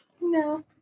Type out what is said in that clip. no